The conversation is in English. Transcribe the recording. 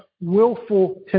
willful